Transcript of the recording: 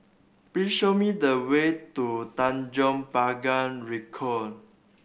please show me the way to Tanjong Pagar Ricoh